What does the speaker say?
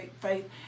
faith